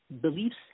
Beliefs